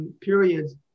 periods